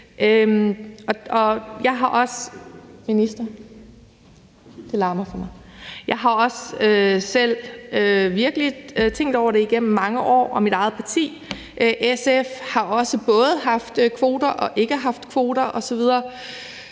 for meget – virkelig tænkt over det igennem mange år, og mit eget parti, SF, har også både haft kvoter og ikke haft kvoter osv.